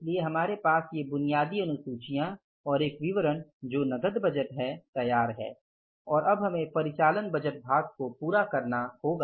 इसलिए हमारे पास ये बुनियादी अनुसूचियां और एक विवरण जो नकद बजट है तैयार है और अब हमें परिचालन बजट भाग को पूरा करना होगा